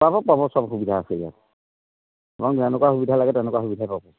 পাব পাব চব সুবিধা আছে ইয়াত অঁ যেনেকুৱা সুবিধা লাগে তেনেকুৱা সুবিধাই পাব